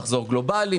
מחזור גלובאלי,